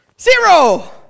Zero